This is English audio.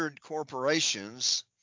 corporations